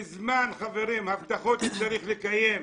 הבטחות צריך לקיים.